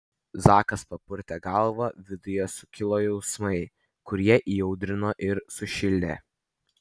zakas papurtė galvą viduje sukilo jausmai kurie įaudrino ir sušildė